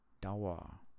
Dauer